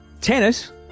Tennis